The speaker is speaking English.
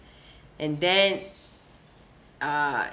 and then uh